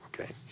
Okay